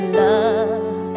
love